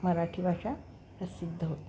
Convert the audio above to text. मराठी भाषा प्रसिद्ध होते